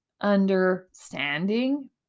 Understanding